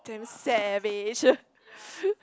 damn savage